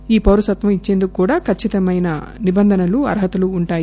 ఆ పౌరసత్వం ఇచ్చేందుకు కూడా ఖచ్చితమైన నిబంధనలు అర్హతలు ఉంటాయి